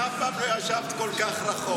את אף פעם לא ישבת כל כך רחוק.